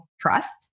trust